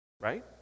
right